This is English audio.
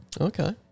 Okay